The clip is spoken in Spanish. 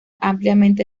ampliamente